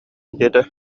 диэтэ